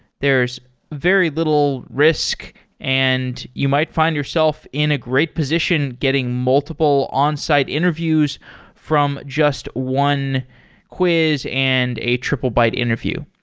there's very little risk and you might find yourself in a great position getting multiple onsite interviews from just one quiz and a triplebyte interview.